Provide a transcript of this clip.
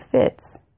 fits